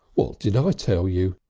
what did i tell you?